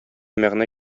мәгънә